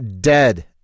dead